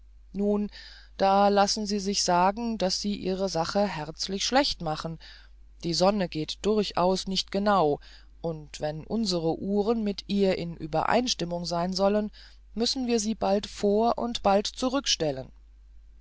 nun da lassen sie sich sagen daß sie ihre sache herzlich schlecht machen die sonne geht durchaus nicht genau und wenn unsere uhren mit ihr in uebereinstimmung sein sollen müssen wir sie bald vor und bald zurückstellen